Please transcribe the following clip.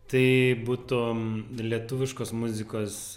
tai būtų lietuviškos muzikos